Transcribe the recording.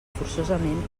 forçosament